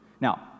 Now